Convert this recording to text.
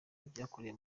ibyakorewe